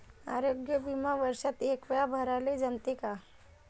आरोग्य बिमा वर्षात एकवेळा भराले जमते का?